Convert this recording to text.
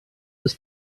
ist